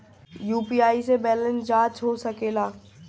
UPI से balance जाँच हो सके ला?